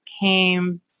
came